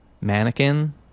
Mannequin